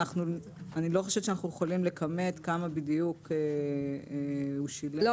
אני לא חושבת שאנחנו יכולים לכמת כמה בדיוק הוא שילם לעורך דין.